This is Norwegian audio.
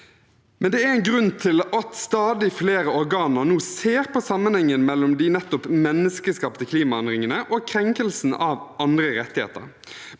det. Det er en grunn til at stadig flere organer nå ser på sammenhengen mellom nettopp de menneskeskapte klimaendringene og krenkelsen av andre rettigheter.